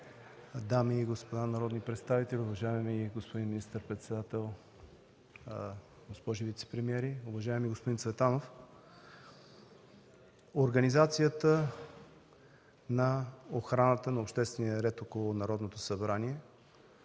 дами и господа народни представители, уважаеми господин министър-председател, госпожи вицепремиери! Уважаеми господин Цветанов, организацията на охраната на обществения ред около Народното събрание